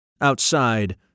Outside